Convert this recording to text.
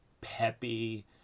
peppy